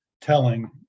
telling